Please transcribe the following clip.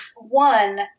One